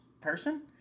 person